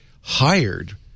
hired